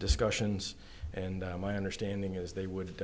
discussions and my understanding is they would